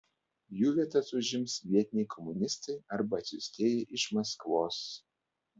jų vietas užims vietiniai komunistai arba atsiųstieji iš maskvos